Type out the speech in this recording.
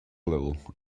little